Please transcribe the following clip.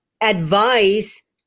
advice